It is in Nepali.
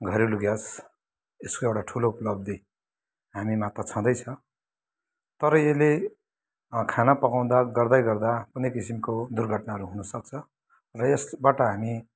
घरेलु ग्यास यसको एउटा ठुलो उपलब्धि हामीमा त छँदै छ तर यसले खाना पकाउँदा गर्दै गर्दा कुनै किसिमको दुर्घटनाहरू हुन सक्छ र यसबट हामी